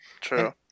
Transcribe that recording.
True